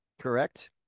correct